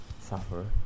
suffer